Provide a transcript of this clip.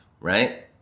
right